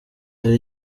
dore